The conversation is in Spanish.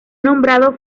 nombrado